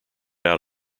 out